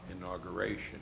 inauguration